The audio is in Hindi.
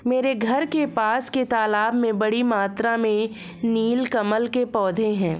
मेरे घर के पास के तालाब में बड़ी मात्रा में नील कमल के पौधें हैं